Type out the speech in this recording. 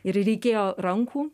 ir reikėjo rankų